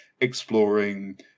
exploring